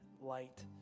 light